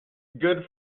good